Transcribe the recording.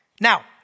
Now